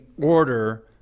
order